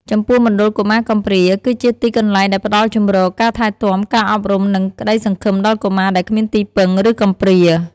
ចំពោះមណ្ឌលកុមារកំព្រា គឺជាទីកន្លែងដែលផ្ដល់ជំរក ការថែទាំ ការអប់រំ និងក្ដីសង្ឃឹមដល់កុមារដែលគ្មានទីពឹង ឬកំព្រា។